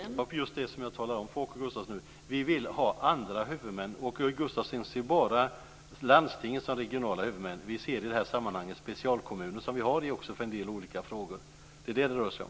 Fru talman! Det är just det som jag talade om nyss. Vi vill ha andra huvudmän. Åke Gustavsson ser bara landstingen som regionala huvudmän. Vi ser i det här sammanhanget specialkommuner, som vi har för en del olika frågor. Det är det det rör sig om.